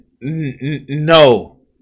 No